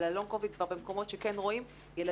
אבל ה- long covidבמקומות שכן רואים,